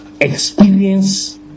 experience